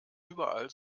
überall